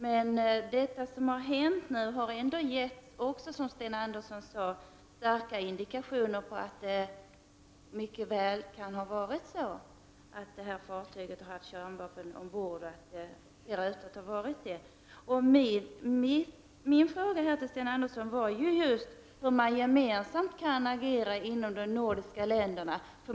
Men detta som nu har hänt har ändå gett — precis som Sten Andersson sade — starka indikationer på att det mycket väl kan ha förhållit sig så att detta fartyg hade kärnvapen ombord, vilket omständigheterna pekade på. Min fråga till Sten Andersson var just hur man gemensamt kan agera inom de nordiska länderna.